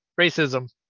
racism